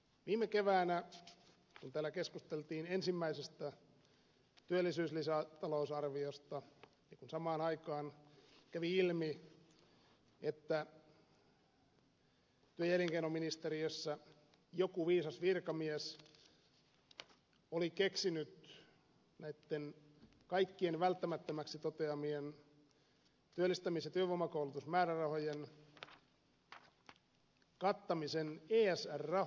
viime keväänä täällä keskusteltiin ensimmäisestä työllisyyslisätalousarviosta kun samaan aikaan kävi ilmi että työ ja elinkeinoministeriössä joku viisas virkamies oli keksinyt näitten kaikkien välttämättömiksi toteamien työllistämis ja työvoimakoulutusmäärärahojen kattamisen esr rahoilla